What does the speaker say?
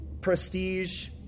prestige